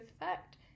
effect